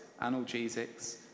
analgesics